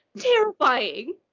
terrifying